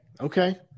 okay